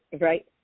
Right